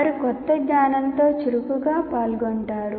వారు కొత్త జ్ఞానంతో చురుకుగా పాల్గొంటారు